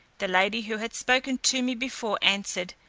the lady who had spoken to me before answered,